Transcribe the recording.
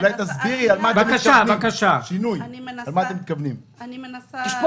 אולי תסבירי --- שינוי --- אני מנסה --- יש פה